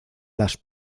las